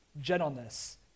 gentleness